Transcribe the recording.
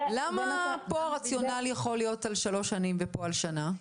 למה שם הרציונל יכול להיות על שלוש שנים ואילו פה רק על שנה?